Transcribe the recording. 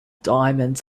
diamonds